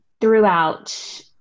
throughout